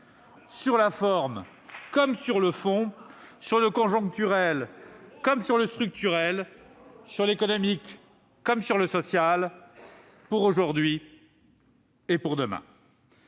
sur la forme comme sur le fond, sur le conjoncturel comme sur le structurel, sur l'économique comme sur le social, pour aujourd'hui et pour demain